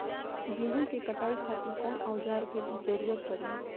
गेहूं के कटाई खातिर कौन औजार के जरूरत परी?